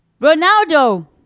Ronaldo